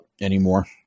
anymore